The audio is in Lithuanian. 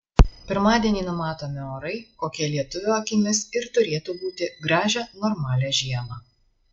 pirmadienį numatomi orai kokie lietuvio akimis ir turėtų būti gražią normalią žiemą